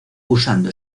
usando